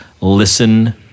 listen